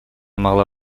могла